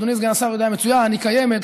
אדוני סגן השר יודע מצוין: היא קיימת,